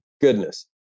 goodness